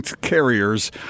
carriers